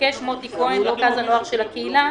מבקש מוטי כהן, רכז הנוער של הקהילה,